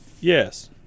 yes